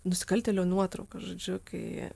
nusikaltėlio nuotrauka žodžiu kai